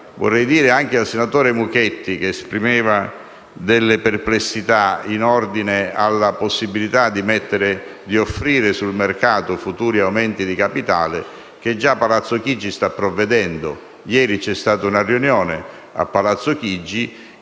Vorrei anche dire al senatore Mucchetti, che esprimeva delle perplessità in ordine alla possibilità di offrire sul mercato futuri aumenti di capitale, che già Palazzo Chigi sta provvedendo. Ieri vi è stata in quella sede